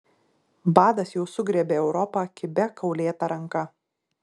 badas jau sugriebė europą kibia kaulėta ranka